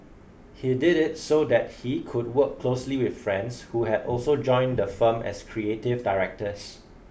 he did it so that he could work closely with friends who had also joined the firm as creative directors